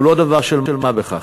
הוא לא דבר של מה בכך.